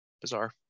Bizarre